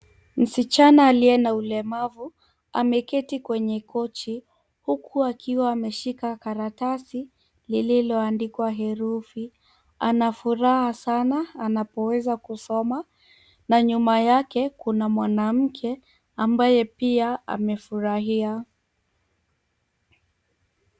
Msichana aliye na ulemavu ameketi kwenye kochi huku akiwa ameshika karatasi lililoandikwa herufi. Anafuraha sana anapoweza kusoma na nyuma yake kuna mwanamke ambaye pia amefurahia.